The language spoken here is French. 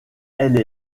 elle